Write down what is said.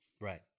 Right